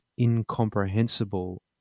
incomprehensible